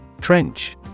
Trench